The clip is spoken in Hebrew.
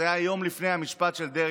הייתה לדעתי יום לפני המשפט של דרעי,